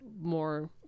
more